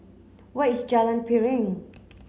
where is Jalan Piring